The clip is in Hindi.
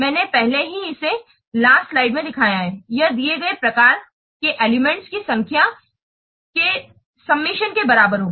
मैंने पहले ही इसे लास्ट स्लाइड्स में दिखाया है यह दिए गए प्रकार के एलिमेंट्स की संख्या के सुम्मातिओं के बराबर होगा